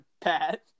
Pat